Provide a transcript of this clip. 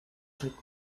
trip